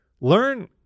learn